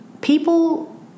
people